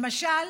למשל,